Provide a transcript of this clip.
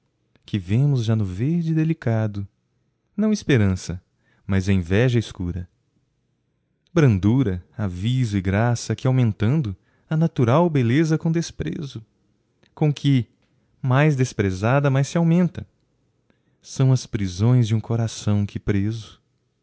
que vemos já no verde delicado não esperança mas enveja escura brandura aviso e graça que aumentando a natural beleza cum desprezo com que mais desprezada mais se aumenta são as prisões de um coração que preso